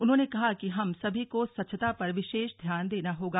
उन्होंने कहा कि हम सभी को स्वच्छता पर विशेष ध्यान देना होगा